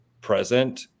present